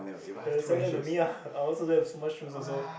uh sell them to me ah I also don't have so much shoes also